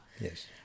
Yes